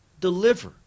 deliver